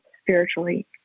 spiritually